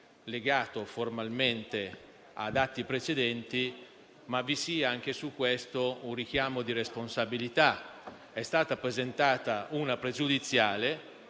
legato formalmente ad atti precedenti, ma vi sia anche su questo un richiamo di responsabilità. È stata presentata una pregiudiziale,